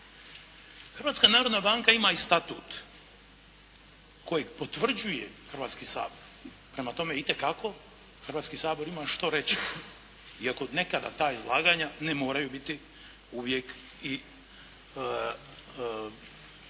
Hrvatska narodna banka ima i statut koji potvrđuje Hrvatski sabor, prema tome itekako Hrvatski sabor ima što reći, iako nekada ta izlaganja ne moraju biti uvijek i